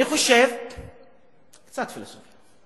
קצת פילוסופיה.